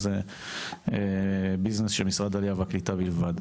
זה לא איזה ביזנס של משרד העלייה והקליטה בלבד.